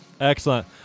Excellent